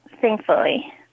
thankfully